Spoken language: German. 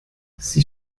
sie